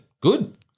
Good